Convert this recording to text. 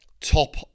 top